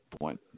point